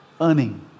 earning